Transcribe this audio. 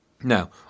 Now